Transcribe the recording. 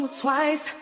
twice